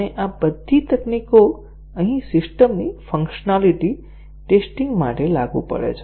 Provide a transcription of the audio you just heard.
અને આ બધી તકનીકો અહીં સિસ્ટમની ફંક્શનાલીટી ટેસ્ટીંગ માટે લાગુ પડે છે